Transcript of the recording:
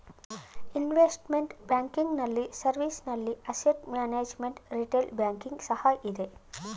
investment banking ನಲ್ಲಿ service ನಲ್ಲಿ asset management, retail banking ಸಹ ಇದೆ